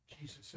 Jesus